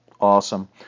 Awesome